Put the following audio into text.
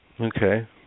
Okay